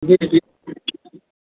जी जी